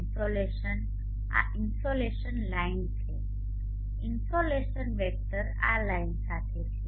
insolation આ insolation line છે insolation vector આ લાઇનની સાથે છે